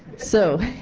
so,